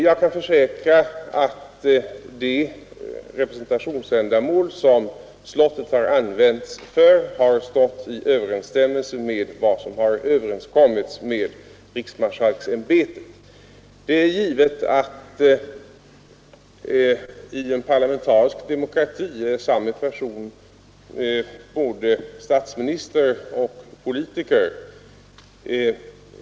Jag kan försäkra att de represenationsändamål som slottet har använts för har stått i överensstämmelse med vad som har överenskommits med riksmarskalksämbetet. Det är givet att i en parlamentarisk demokrati är samme person både statsminister och politiker.